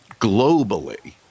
globally